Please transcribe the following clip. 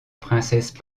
princesse